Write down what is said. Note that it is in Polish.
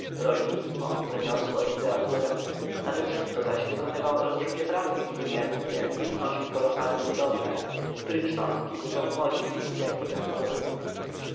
rolnictwo rzemiosła i literaturę nadewszystko zaś wykonywał olbrzymie prace inżynierskie i wznosił kolosalne budowle których szczątki budzą podziw w technikach